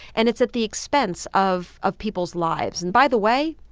and it's at the expense of of people's lives. and by the way,